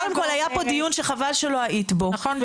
קודם כל היה פה דיון שחבל שלא היית בו --- נכון,